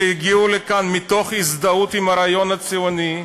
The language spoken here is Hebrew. שהגיעו לכאן מתוך הזדהות עם הרעיון הציוני,